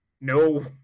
No